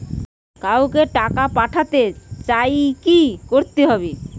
কাউকে টাকা পাঠাতে চাই কি করতে হবে?